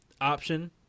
option